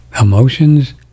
emotions